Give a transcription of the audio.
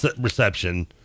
reception